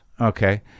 Okay